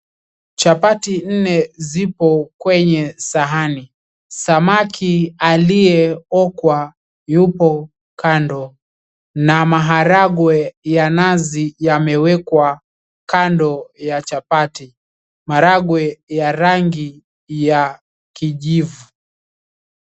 Chapati nne zipo kwenye sahani. Samaki aliye okwa yupo kando. Na maharagwe ya nazi yamewekwa kando ya chapati. Maragwe ya rangi ya kijivu.